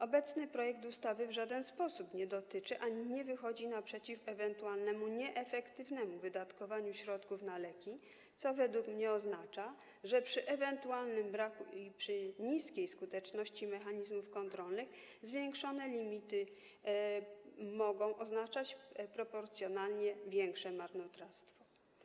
Obecny projekt ustawy w żaden sposób nie dotyczy nieefektywnego wydatkowania ani nie wychodzi naprzeciw ewentualnemu nieefektywnemu wydatkowaniu środków na leki, co według mnie oznacza, że przy ewentualnym braku i przy niskiej skuteczności mechanizmów kontrolnych zwiększone limity mogą oznaczać proporcjonalnie większe marnotrawstwo.